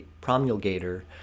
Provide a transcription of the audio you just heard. promulgator